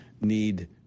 need